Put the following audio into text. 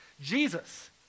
Jesus